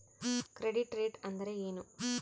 Credit rate ಅಂದರೆ ಏನು?